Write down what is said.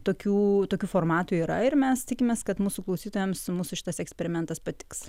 tokių tokių formatų yra ir mes tikimės kad mūsų klausytojams mūsų šitas eksperimentas patiks